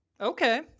Okay